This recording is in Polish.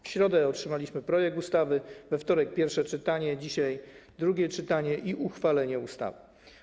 W środę otrzymaliśmy projekt ustawy, we wtorek było pierwsze czytanie, dzisiaj jest drugie czytanie i uchwalenie ustawy.